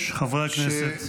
חברי הכנסת.